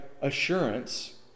assurance